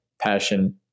passion